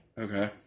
Okay